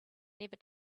never